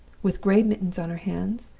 with gray mittens on her hands,